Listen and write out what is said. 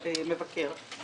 מבקר,